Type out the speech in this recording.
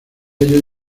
ellos